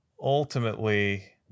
ultimately